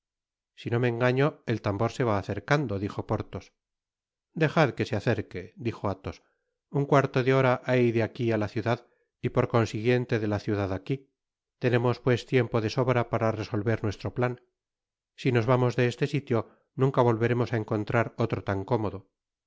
si no me engaño el tambor se va acercando dijo porthos dejad que se acerque dijo athos un cuarto de hora hay de aquí á la ciudad y por consiguiente de la ciudad aquí tenemos pues tiempo de sobra para resolver nuestro plan si nos vamos de este sitio nunca volveremos á encontrar otro tan cómodo